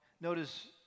Notice